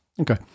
Okay